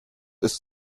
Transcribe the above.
ist